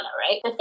right